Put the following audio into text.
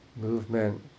movement